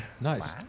Nice